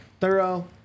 Thorough